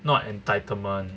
not entitlement